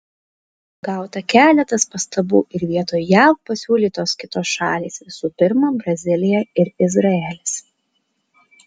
gauta keletas pastabų ir vietoj jav pasiūlytos kitos šalys visų pirma brazilija ir izraelis